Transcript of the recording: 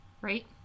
right